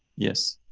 yes.